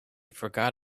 forgot